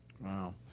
Wow